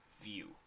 View